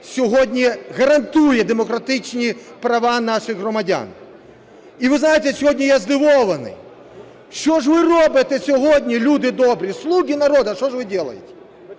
сьогодні гарантує демократичні права наших громадян. І, ви знаєте, сьогодні я здивований. Що ж ви робите сьогодні, люди добрі, "слуги народу", что ж вы делаете?!